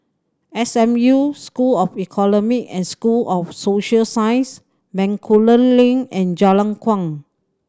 S M U School of Economic and School of Social Science Bencoolen Link and Jalan Kuang